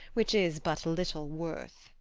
which is but little worth.